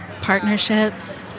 partnerships